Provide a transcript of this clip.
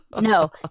No